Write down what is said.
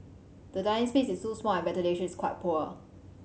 the dining space is too small and ventilation is quite poor